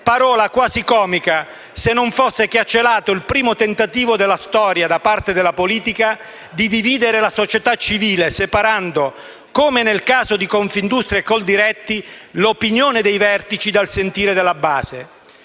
parola è quasi comica, se non fosse che ha celato il primo tentativo della storia, da parte della politica, di dividere la società civile, separando, come nel caso di Confindustria e Coldiretti, l'opinione dei vertici dal sentire della base.